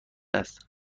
است